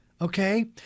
Okay